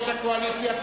הקואליציה,